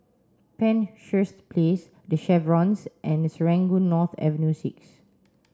Penshurst Place the Chevrons and Serangoon North Avenue six